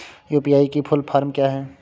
UPI की full form क्या है?